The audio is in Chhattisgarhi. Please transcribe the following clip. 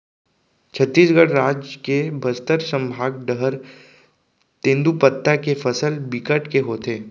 छत्तीसगढ़ राज के बस्तर संभाग डहर तेंदूपत्ता के फसल बिकट के होथे